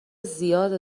زیاده